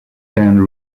ten